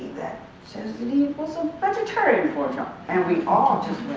that says that he was a vegetarian for and we all just